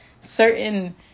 certain